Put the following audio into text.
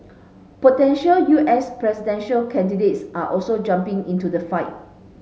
potential U S presidential candidates are also jumping into the fight